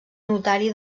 notari